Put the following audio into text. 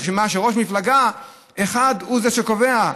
מה, שראש מפלגה אחד הוא שקובע?